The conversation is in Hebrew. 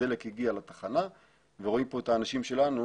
הדלק הגיע לתחנה ורואים פה את האנשים שלנו